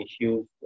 issues